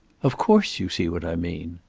of course you see what i mean.